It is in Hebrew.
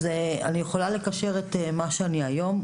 אז אני יכולה לקשר את מה שאני היום,